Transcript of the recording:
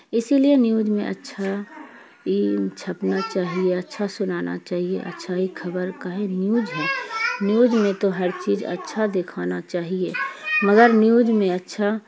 اسی لیے نیوج میں اچھا چھپنا چاہیے اچھا سنانا چاہیے اچھا ہی خبر کا ہی نیوج ہے نیوج میں تو ہر چیز اچھا دکھانا چاہیے مگر نیوج میں اچھا